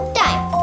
time